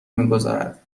میگذارد